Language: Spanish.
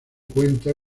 cuenta